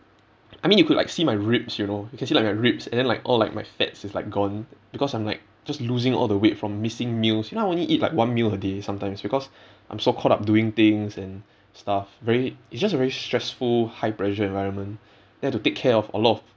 I mean you could like see my ribs you know you can see like my ribs and then like all like my fats is like gone because I'm like just losing all the weight from missing meals you know I only eat like one meal a day sometimes because I'm so caught up doing things and stuff very it's just very stressful high pressure environment then I have to take care of a lot of